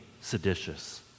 seditious